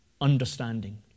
understanding